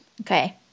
Okay